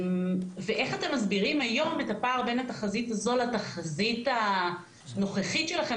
ואיך אתם מסבירים היום את הפער בין התחזית הזו לתחזית הנוכחית שלכם.